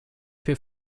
für